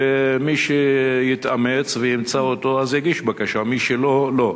ומי שיתאמץ וימצא אותו, אז יגיש בקשה, מי שלא, לא.